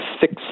six